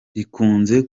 rikunze